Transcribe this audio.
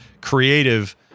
creative